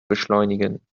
beschleunigen